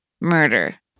murder